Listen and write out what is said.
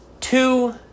two